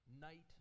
night